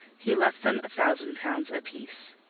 he left them a thousand pounds a-piece.